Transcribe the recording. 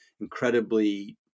incredibly